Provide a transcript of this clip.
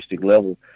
level